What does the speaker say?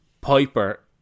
Piper